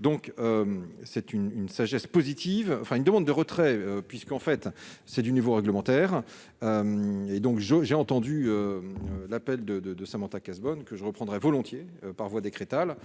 donc c'est une une sagesse positive enfin une demande de retrait puisqu'en fait c'est du niveau réglementaire et donc je j'ai entendu l'appel de de de Samantha Cazebonne que je reprendrais volontiers par voie décréta l'est